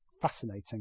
fascinating